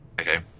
okay